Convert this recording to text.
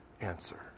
answer